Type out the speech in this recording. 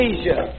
Asia